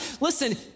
listen